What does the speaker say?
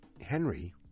Henry